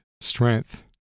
strength